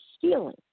healing